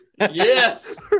Yes